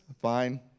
Fine